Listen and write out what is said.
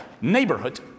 neighborhood